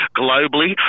globally